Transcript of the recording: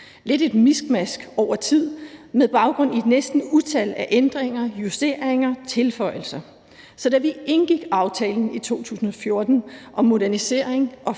lidt et miskmask over tid med baggrund i et næsten utal af ændringer, justeringer og tilføjelser. Så da vi indgik aftalen i 2014 om en modernisering og